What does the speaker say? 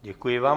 Děkuji vám.